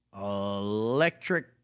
electric